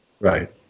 Right